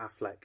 Affleck